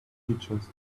features